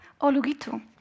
Olugitu